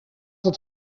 het